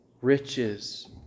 riches